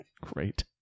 Great